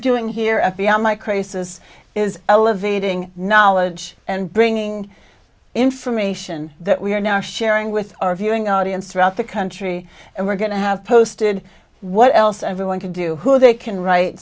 doing here f b i my crisis is elevating knowledge and bringing information that we are now sharing with our viewing audience throughout the country and we're going to have posted what else everyone can do who they can write